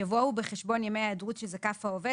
יבואו בחשבון ימי ההיעדרות שזקף העובד